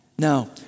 Now